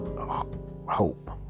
hope